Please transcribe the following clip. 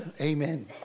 Amen